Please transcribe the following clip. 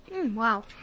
Wow